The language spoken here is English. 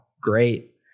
great